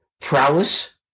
prowess